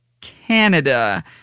Canada